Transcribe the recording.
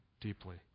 deeply